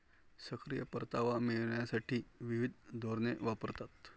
सक्रिय परतावा मिळविण्यासाठी विविध धोरणे वापरतात